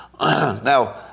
Now